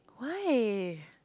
why